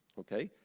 okay,